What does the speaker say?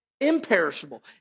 imperishable